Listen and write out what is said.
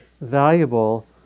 valuable